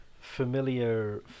familiar